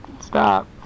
stop